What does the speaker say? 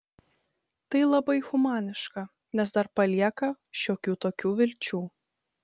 tai labai humaniška nes dar palieka šiokių tokių vilčių